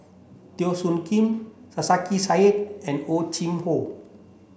Teo Soon Kim Sarkasi Said and Hor Chim Or